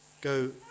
go